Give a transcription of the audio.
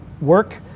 work